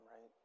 right